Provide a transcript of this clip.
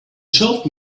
told